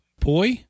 poi